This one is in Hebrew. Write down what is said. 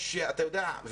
אתה יודע,